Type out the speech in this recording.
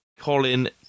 Colin